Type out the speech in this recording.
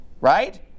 right